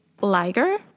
Liger